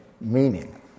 meaning